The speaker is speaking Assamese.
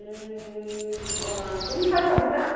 অঁ কোন ঠাই ভাবিছা